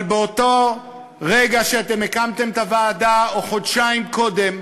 אבל באותו רגע שהקמתם את הוועדה או חודשיים קודם,